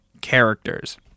characters